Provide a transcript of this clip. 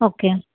okay